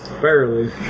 Barely